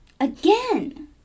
Again